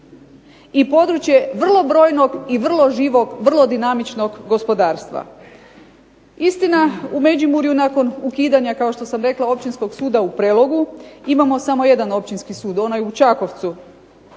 i područje vrlo brojnog i vrlo živog, vrlo dinamičnog gospodarstva. Istina, u Međimurju nakon ukidanja kao što sam rekla Općinskog suda u Prelogu imamo samo jedan općinski sud onaj u Čakovcu.